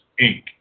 Inc